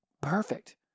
Perfect